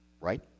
Right